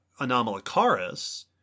Anomalocaris